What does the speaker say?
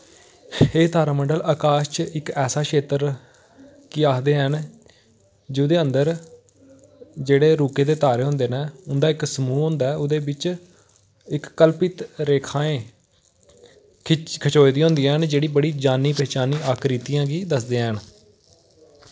एह् तारामंडल अकाश च इक ऐसा क्षेत्र गी आखदे हैन जोह्दे अन्दर जेह्ड़े रुके दे तारे होंदे न उंदा इक समूह् होंदा ओह्दे बिच इक कल्पित रेखाएं खिच्च खचोई दियां होंदियां न जेह्ड़ी बड़ी जानी पैह्चानी आकृतियें गी दसदियां हैन